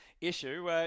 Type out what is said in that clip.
issue